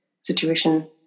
situation